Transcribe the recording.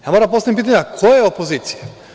Ja moram da postavim pitanje – a koje opozicije?